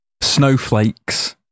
snowflakes